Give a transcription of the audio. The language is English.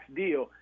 deal